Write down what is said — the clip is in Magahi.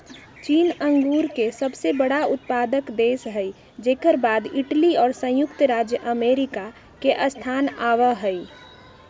चीन अंगूर के सबसे बड़ा उत्पादक देश हई जेकर बाद इटली और संयुक्त राज्य अमेरिका के स्थान आवा हई